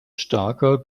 starker